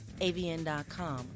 AVN.com